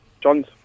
Johns